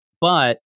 but-